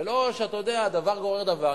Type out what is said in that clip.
ולא שדבר גורר דבר.